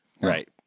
Right